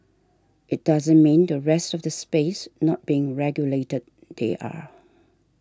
it doesn't mean the rest of the space not being regulated they are